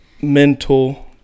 mental